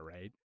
right